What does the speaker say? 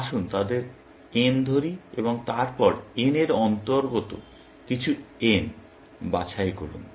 আসুন তাদের N ধরি এবং তারপর N এর অন্তর্গত কিছু n বাছাই করুন